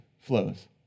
flows